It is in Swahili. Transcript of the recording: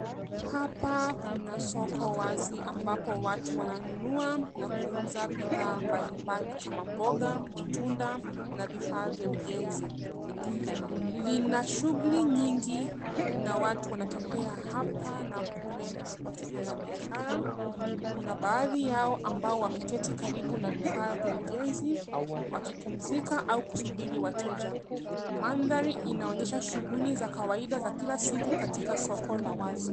Hapa kuna soko wazi ambapo watu wananunua na kuuza bidhaa mbalimbali kama mboga, matunda na vifaa vya ujenzi. Lina shughuli nyingi na watu wantembea hapa na kule wakifanya biashara. Kuna baadhi yao ambao wameketi karibu na vifaa vya ujenzi wakipumzika au kusubiri wateja. Mandhari inaonyesha shuhuli za kawaida za kila siku katika soko la wazi.